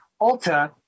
Ulta